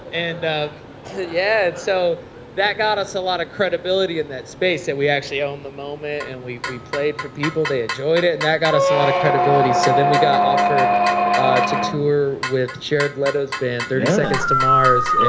and yeah, so that got us a lot of credibility in that space that we actually owned the moment and we we played for people and they enjoyed it. and that got us a lot of credibility, so then we got offered ah to tour with jared leto's band, thirty seconds to mars,